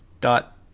dot